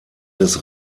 des